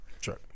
sure